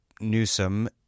Newsom